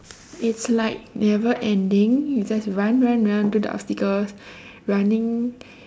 it's like never ending you just run run run do the obstacles running